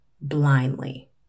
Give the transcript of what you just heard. Blindly